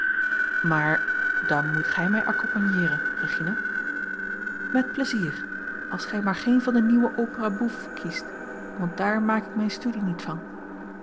maar dan moet gij mij accompagneeren regina met pleizier als gij maar geen van de nieuwe opéras bouffes kiest want daar maak ik mijne studie niet van